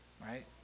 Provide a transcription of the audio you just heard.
Right